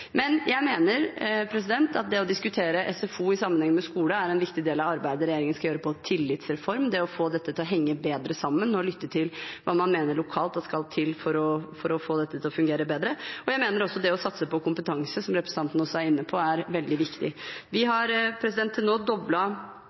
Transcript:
Men jeg mener at det å diskutere SFO i sammenheng med skole er en viktig del av arbeidet regjeringen skal gjøre i forbindelse med tillitsreformen – det å få dette til å henge bedre sammen og lytte til hva man mener lokalt skal til for å få dette til å fungere bedre. Jeg mener også at det å satse på kompetanse, som representanten også var inne på, er veldig viktig. Vi har til nå